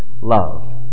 love